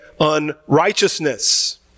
unrighteousness